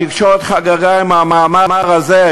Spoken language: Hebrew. התקשורת חגגה עם המאמר הזה,